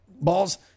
balls